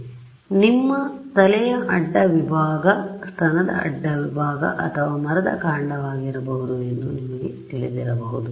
ಇದು ನಿಮ್ಮ ತಲೆಯ ಅಡ್ಡ ವಿಭಾಗ ಸ್ತನದ ಅಡ್ಡ ವಿಭಾಗ ಅಥವಾ ಮರದ ಕಾಂಡವಾಗಿರಬಹುದು ಎಂಬುದು ನಿಮಗೆ ತಿಳಿದಿರಬಹುದು